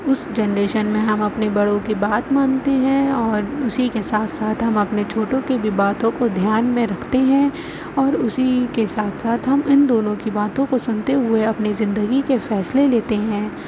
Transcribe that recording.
اس generation میں ہم اپنے بڑوں کی بات مانتے ہیں اور اسی کے ساتھ ساتھ ہم اپنے چھوٹوں کی بھی باتوں کو دھیان میں رکھتے ہیں اور اسی کے ساتھ ساتھ ہم ان دونوں کی باتوں کو سنتے ہوئے اپنی زندگی کے فیصلے لیتے ہیں